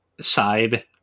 side